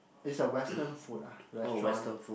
is a western food lah restaurant